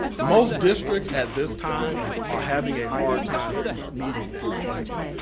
most districts at this time are having a hard time meeting that, basically,